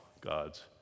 God's